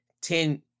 ten